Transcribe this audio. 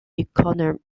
economist